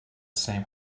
same